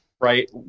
right